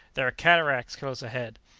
there are cataracts close ahead!